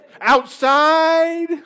outside